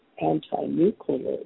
anti-nuclear